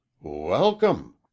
Welcome